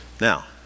now